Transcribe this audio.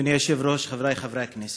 אדוני היושב-ראש, חברי חברי הכנסת,